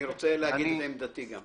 ואני רוצה להגיד את עמדתי גם.